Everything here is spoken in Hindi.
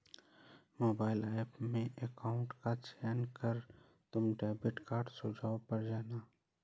मोबाइल ऐप में अकाउंट का चयन कर तुम डेबिट कार्ड सुझाव पर जाना